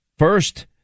First